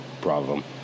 problem